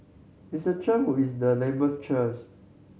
Mister Chan who is the labour's church